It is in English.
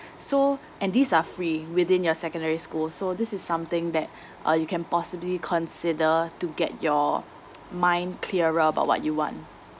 so and these are free within your secondary school so this is something that uh you can possibly consider to get your mind clearer about what you want